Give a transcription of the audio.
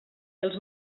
els